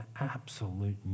absolute